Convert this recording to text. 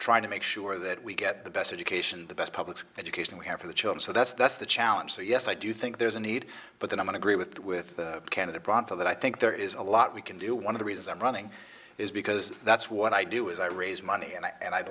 trying to make sure that we get the best education the best public education we have for the children so that's that's the challenge so yes i do think there's a need but the nominee agree with with candidate that i think there is a lot we can do one of the reasons i'm running is because that's what i do is i raise money and i and i